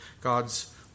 God's